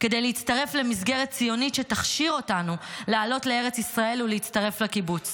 כדי להצטרף למסגרת ציונית שתכשיר אותנו לעלות לארץ ישראל ולהצטרף לקיבוץ